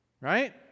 right